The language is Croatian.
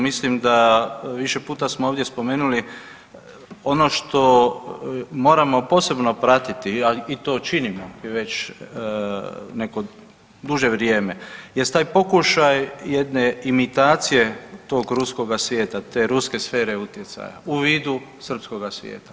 Mislim da više puta smo ovdje spomenuli ono što moramo posebno pratiti, a i to činimo i već neko duže vrijeme jest taj pokušaj jedne imitacije tog ruskoga svijeta, te ruske sfere utjecaja u vidu srpskoga svijeta.